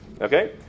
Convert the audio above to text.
Okay